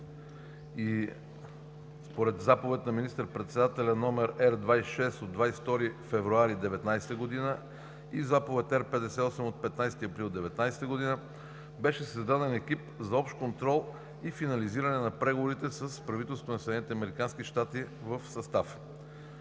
и според Заповед на министър председателя № Р 26 от 22 февруари 2019 г. и Заповед № Р 58 от 15 април 2019 г. беше създаден екип за общ контрол и финализиране на преговорите с правителството на Съединените